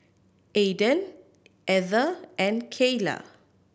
Aiden Ether and Keila